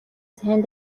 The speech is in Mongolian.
сайн